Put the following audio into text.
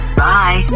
bye